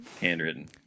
handwritten